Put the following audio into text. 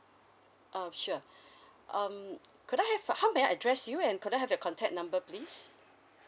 uh sure um could I have how may I address you and could I have your contact number please